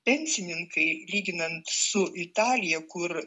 pensininkai lyginant su italija kur